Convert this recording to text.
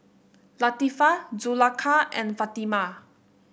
Latifa Zulaikha and Fatimah